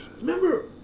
Remember